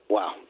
Wow